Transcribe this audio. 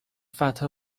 فتح